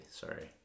Sorry